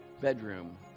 bedroom